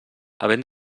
havent